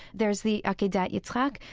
there's the akedat yitzhak,